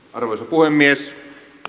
puhemies